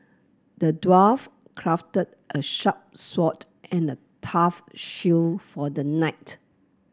the dwarf crafted a sharp sword and a tough shield for the knight